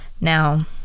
now